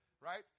Right